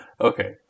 okay